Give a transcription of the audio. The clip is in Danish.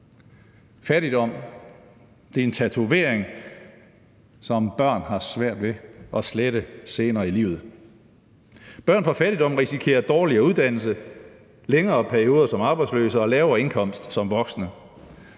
Fattigdom er en tatovering, som børn har svært ved at slette senere i livet. Børn opvokset i fattigdom risikerer dårligere uddannelse, længere perioder som arbejdsløse og lavere indkomst som voksne.